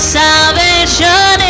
salvation